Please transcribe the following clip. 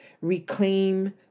reclaim